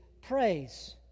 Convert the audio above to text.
praise